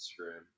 Instagram